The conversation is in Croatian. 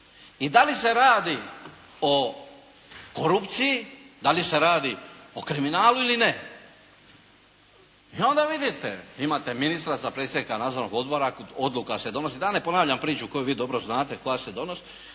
i da li se radi o korupciji, da li se radi o kriminalu ili ne. I onda vidite imate ministra za predsjednika nadzornog odbora, odluka se donosi, da ne ponavljam priču koju vi dobro znate, koja se donosi,